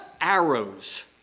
arrows